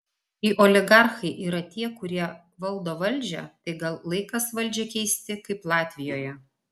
jei oligarchai yra tie kurie valdo valdžią tai gal laikas valdžią keisti kaip latvijoje